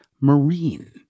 marine